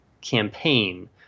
campaign